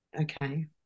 Okay